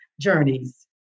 Journeys